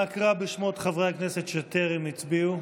נא קרא בשמות חברי הכנסת שטרם הצביעו.